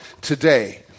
today